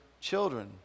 children